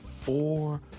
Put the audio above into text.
four